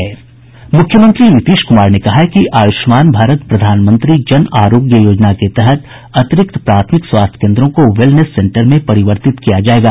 मुख्यमंत्री नीतीश कुमार ने कहा है कि आयुष्मान भारत प्रधानमंत्री जन आरोग्य योजना के तहत अतिरिक्त प्राथमिक स्वास्थ्य केन्द्रों को वेलनेस सेंटर में परिवर्तित किया जायेगा